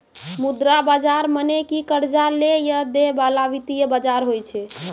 मुद्रा बजार मने कि कर्जा लै या दै बाला वित्तीय बजार होय छै